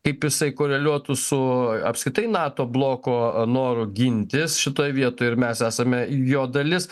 kaip jisai koreliuotų su apskritai nato bloko noru gintis šitoj vietoj ir mes esame jo dalis